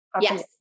yes